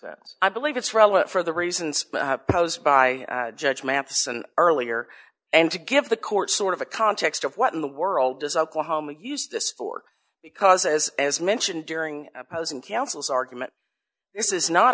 offense i believe it's relevant for the reasons posed by judge matheson earlier and to give the court sort of a context of what in the world does oklahoma use this for because as as mentioned during opposing counsel's argument this is not